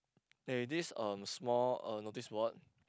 there is this um small uh noticeboard